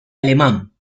alemán